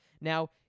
Now